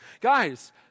Guys